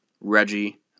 Reggie